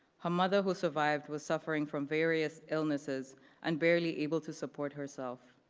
her mother, who survived, was suffering from various illnesses and barely able to support herself.